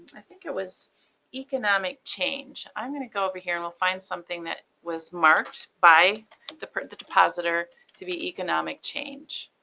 i think it was economic change. i'm going to go over here and we'll find something that was marked by the the depositor to be economic change.